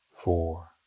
Four